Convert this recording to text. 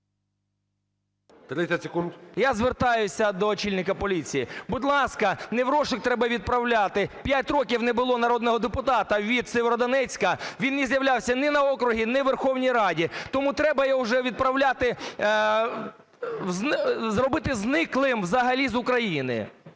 Я звертаюся до очільника поліції. Будь ласка, не в розшук треба відправляти, 5 років не було народного депутата від Сєвєродонецька, він не з'являвся не на окрузі, ні у Верховній Раді, тому треба його вже відправляти, зробити зниклим, взагалі з України.